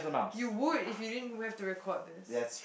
you would if you didn't have to record this